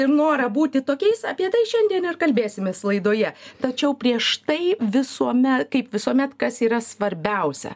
ir norą būti tokiais apie tai šiandien ir kalbėsimės laidoje tačiau prieš tai visuome kaip visuomet kas yra svarbiausia